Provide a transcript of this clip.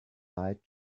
lied